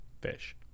fish